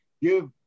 Give